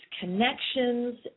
connections